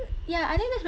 ya I think that's very